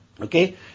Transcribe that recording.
Okay